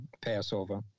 Passover